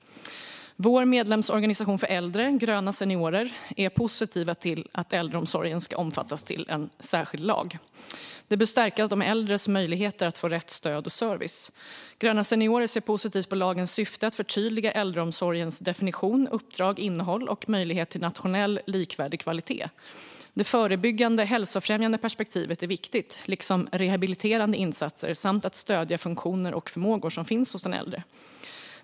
Vår medlemsorganisation för äldre, Gröna Seniorer, är positiv till att äldreomsorgen ska omfattas av en särskild lag. Detta bör stärka de äldres möjligheter att få rätt stöd och service. Gröna Seniorer ser positivt på lagens syfte att förtydliga äldreomsorgens definition, uppdrag, innehåll och möjlighet till nationell likvärdig kvalitet. Det förebyggande hälsofrämjande perspektivet är viktigt liksom rehabiliterande insatser samt att stödja funktioner och förmågor som finns hos den äldre.